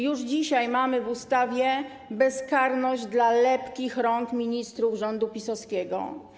Już dzisiaj mamy w ustawie bezkarność w przypadku lepkich rąk ministrów rządu PiS-owskiego.